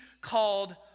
called